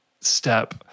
step